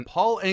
Paul